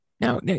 Now